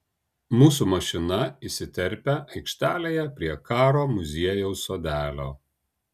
mūsų mašina įsiterpia aikštelėje prie karo muziejaus sodelio